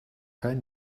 kein